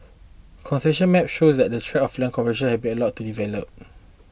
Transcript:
concession maps show that the tracts of land compassion have been allowed to develop